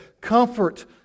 Comfort